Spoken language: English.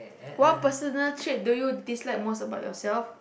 what personal trait do you dislike most about yourself